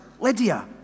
Lydia